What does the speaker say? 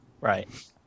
right